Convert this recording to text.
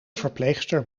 verpleegster